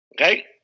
Okay